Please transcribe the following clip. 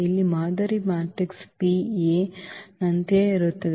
ಇಲ್ಲಿ ಮಾದರಿ matrix P A ನಂತೆಯೇ ಇರುತ್ತದೆ